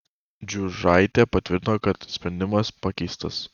džiužaitė patvirtino kad sprendimas pakeistas